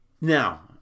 Now